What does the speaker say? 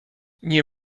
nie